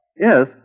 Yes